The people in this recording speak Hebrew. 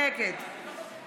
נגד